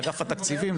לאגף התקציבים,